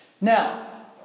Now